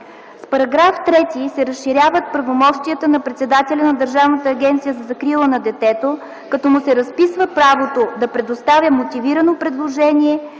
С § 3 се разширяват правомощията на председателя на Държавната агенция за закрила на детето, като му се разписва правото да предоставя мотивирано предложение